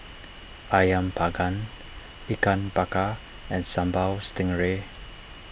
Ayam Panggang Ikan Bakar and Sambal Stingray